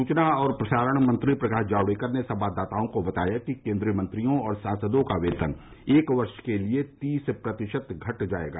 सूचना और प्रसारण मंत्री प्रकाश जावडेकर ने संवाददाताओं को बताया कि केंद्रीय मंत्रियों और सांसदों का वेतन एक वर्ष के लिए तीस प्रतिशत घट जाएगा